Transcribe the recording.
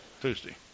Tuesday